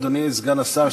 אדוני סגן השר,